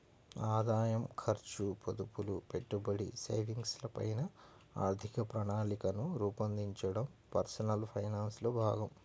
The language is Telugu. ఆదాయం, ఖర్చు, పొదుపులు, పెట్టుబడి, సేవింగ్స్ ల పైన ఆర్థిక ప్రణాళికను రూపొందించడం పర్సనల్ ఫైనాన్స్ లో భాగం